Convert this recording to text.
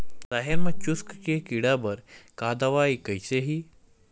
राहेर म चुस्क के कीड़ा बर का दवाई कइसे ही?